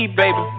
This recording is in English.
baby